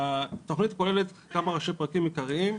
התוכנית כוללת כמה ראשי פרקים עיקריים.